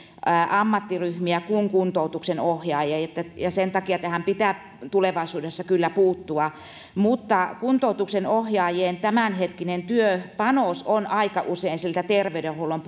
ammattiryhmiä kuin kuntoutuksen ohjaajia ja sen takia tähän pitää tulevaisuudessa kyllä puuttua kuntoutuksen ohjaajien tämänhetkinen työpanos on aika usein terveydenhuollon